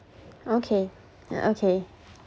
okay uh okay